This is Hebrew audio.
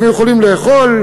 אנחנו יכולים לאכול,